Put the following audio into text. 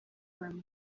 bamwe